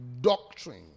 doctrine